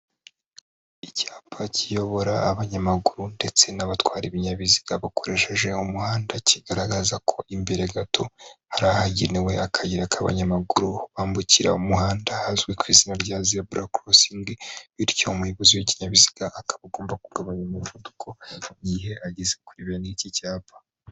Icyapa kiyobora abanyamaguru ndetse n'abatwara ibinyabiziga bakoresheje umuhanda kigaragaza ko imbere gato hari ahagenewe akayira ka abanyamaguru bambukira umuhanda hazwi ku izina rya zebura korosingi, bityo umuyobozi w'ikinyabiziga akaba agomba kugabanya umuvuduko igihe ageze kuri bene iki cyapa.